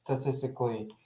statistically